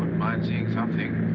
mind seeing something.